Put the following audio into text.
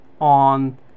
on